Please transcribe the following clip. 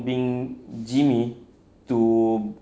being jimmy to